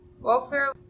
welfare